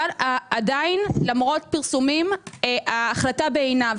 אבל עדיין, למרות פרסומים ההחלטה נותרה בעינה.